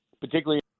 particularly